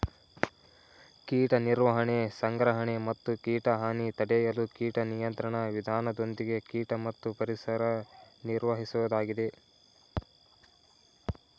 ಕೀಟ ನಿರ್ವಹಣೆ ಸಂಗ್ರಹಣೆ ಮತ್ತು ಕೀಟ ಹಾನಿ ತಡೆಯಲು ಕೀಟ ನಿಯಂತ್ರಣ ವಿಧಾನದೊಂದಿಗೆ ಕೀಟ ಮತ್ತು ಪರಿಸರ ನಿರ್ವಹಿಸೋದಾಗಿದೆ